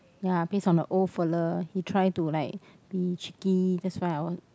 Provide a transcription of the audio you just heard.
ya based on a old fellow he try to like be cheeky